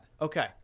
Okay